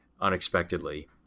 unexpectedly